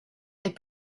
est